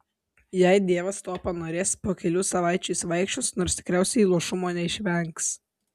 jei dievas to panorės po kelių savaičių jis vaikščios nors tikriausiai luošumo neišvengs